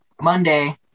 Monday